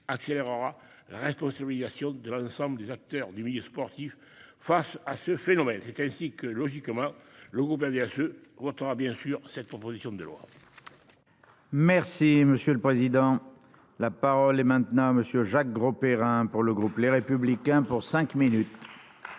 accélérera responsabilisation. De l'ensemble des acteurs du milieu sportif face à ce phénomène. C'est ainsi que, logiquement, le groupe indien se retrouvera bien sûr cette proposition de loi. Merci monsieur le président. La parole est maintenant à monsieur Jacques Grosperrin pour le groupe Les Républicains pour cinq minutes. Monsieur